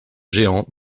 géant